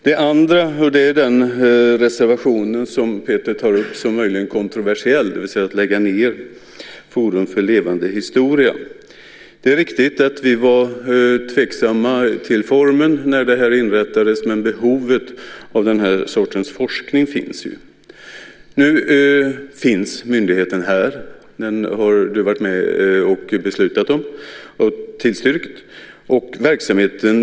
Den andra frågan gäller den reservation som Peter tar upp som möjligen kontroversiell, det vill säga att lägga ned Forum för levande historia. Det är riktigt att vi var tveksamma till formen när myndigheten inrättades, men behovet av den här sortens forskning finns ju. Nu finns myndigheten här, och du har varit med och beslutat om och tillstyrkt den.